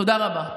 תודה רבה.